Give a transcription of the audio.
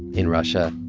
in russia,